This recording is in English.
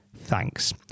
Thanks